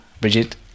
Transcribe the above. Brigitte